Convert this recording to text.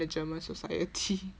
the german society